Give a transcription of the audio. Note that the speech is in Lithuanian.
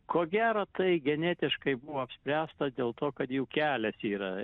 ko gero tai genetiškai buvo apspręsta dėl to kad jų kelias yra